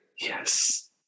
Yes